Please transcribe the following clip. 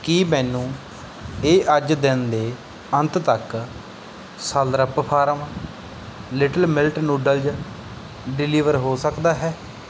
ਕੀ ਮੈਨੂੰ ਇਹ ਅੱਜ ਦਿਨ ਦੇ ਅੰਤ ਤੱਕ Slurrp Farm little millet noodles deliver ਹੋ ਸਕਦਾ ਹੈ